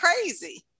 crazy